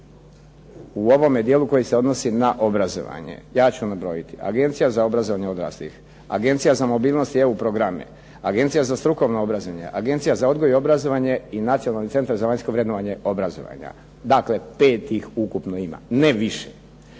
u ovome dijelu koji se odnosi na obrazovanje. Ja ću vam nabrojiti Agencija za obrazovanje odraslih, Agencija za mobilnost i EU programe, Agencija za strukovno obrazovanje, Agencija za odgoj i obrazovanje i nacionalni centar za vanjsko vrednovanje obrazovanja, dakle pet ih ukupno ima, ne više.